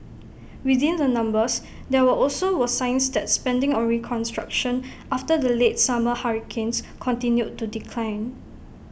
within the numbers there were also were signs that spending on reconstruction after the late summer hurricanes continued to decline